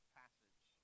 passage